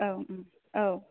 औ औ